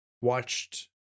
Watched